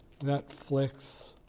Netflix